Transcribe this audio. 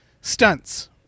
stunts